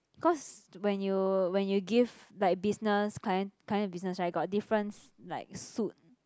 cause when you when you give like business client kind of business right got difference like suit